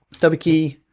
w key,